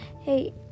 Hey